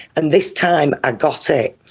and this time i got it.